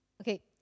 Okay